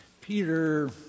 Peter